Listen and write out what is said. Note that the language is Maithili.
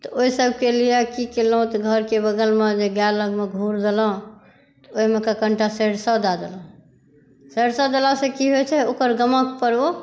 तऽ ओहि सबके लिये की केलौं तऽ घरके बगलमे जे गाय लगमे घूड़ देलहुॅं तऽ ओहिमे कऽ कनीटा सरिसो दए देलहुॅं सरिसो देलासँ की होइ छै ओकर गमक पर ओ